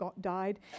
died